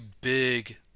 big